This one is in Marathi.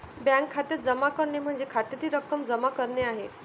बँक खात्यात जमा करणे म्हणजे खात्यातील रक्कम जमा करणे आहे